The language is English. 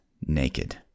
naked